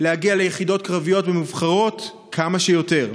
להגיע ליחידות קרביות ומובחרות כמה שיותר.